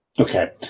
Okay